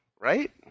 right